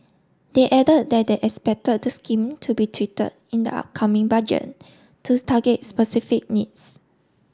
they added that they expect the scheme to be tweeted in the upcoming budget to target specific needs